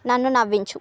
నన్ను నవ్వించు